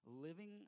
living